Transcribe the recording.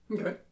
Okay